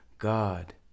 God